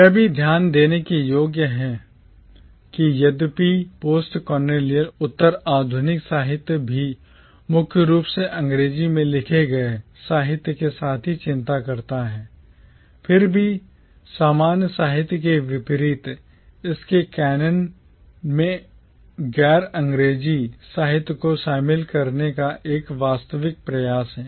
यह भी ध्यान देने योग्य है कि यद्यपि postcolonial उत्तर आधुनिक साहित्य भी मुख्य रूप से अंग्रेजी में लिखे गए साहित्य के साथ ही चिंता करता है फिर भी सामान्य साहित्य के विपरीत इसके canon कैनन में गैर अंग्रेजी साहित्य को शामिल करने का एक वास्तविक प्रयास है